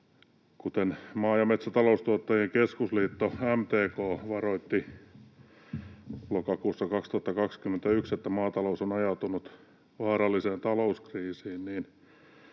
Kuten Maa- ja metsätaloustuottajain Keskusliitto MTK varoitti lokakuussa 2021, maatalous on ajautunut vaaralliseen talouskriisiin